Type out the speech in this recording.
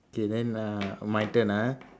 okay then uh my turn ah